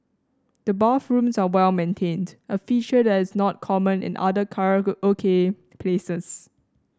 the bathrooms are well maintained a feature that is not common in other karaoke places